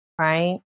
Right